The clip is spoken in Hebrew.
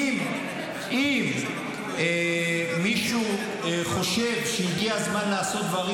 אם מישהו חושב שהגיע הזמן לעשות דברים,